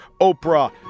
Oprah